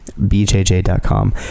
BJJ.com